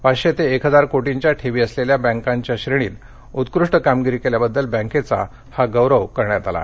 पाचशे ते एक हजार कोटींच्या ठेवी असलेल्या बँकांच्या श्रेणीत उत्कृष्ट कामगिरी केल्याबद्दल बँकेचा हा गौरव करण्यात आला आहे